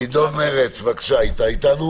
גדעון מרץ, שלום.